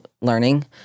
learning